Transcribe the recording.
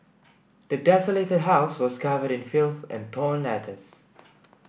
the desolated house was covered in filth and torn letters